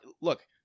look